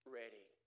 ready